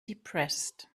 depressed